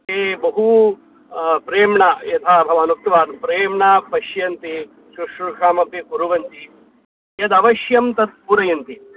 ते बहु प्रेम्णा यथा भवान् उक्तवान् प्रेम्णा पश्यन्ति शुश्रूषामपि कुर्वन्ति यदवश्यं तत् पूरयन्ति